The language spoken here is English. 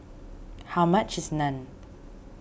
how much is Naan